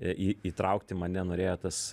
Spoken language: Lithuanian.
į įtraukti mane norėjo tas